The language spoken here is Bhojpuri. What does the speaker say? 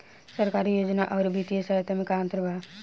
सरकारी योजना आउर वित्तीय सहायता के में का अंतर बा?